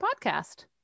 Podcast